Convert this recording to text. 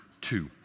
two